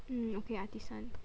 mm okay Artisan